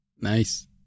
Nice